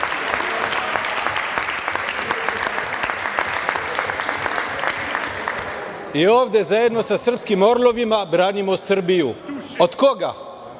i ovde zajedno sa srpskim orlovima branimo Srbiju. Od koga?